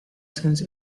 sense